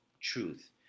truth